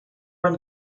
are